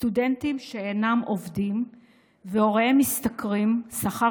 סטודנטים שאינם עובדים ושהוריהם משתכרים שכר